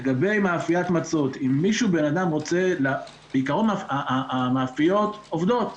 לגבי מאפיית מצות בעיקרון המאפיות עובדות.